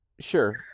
Sure